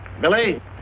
Billy